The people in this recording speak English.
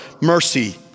mercy